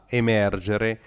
emergere